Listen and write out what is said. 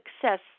success